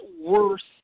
worse